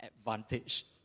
advantage